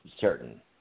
certain